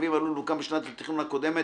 ואם הלול הוקם בשנת התכנון הקודמת,